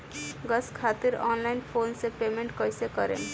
Gas खातिर online phone से payment कैसे करेम?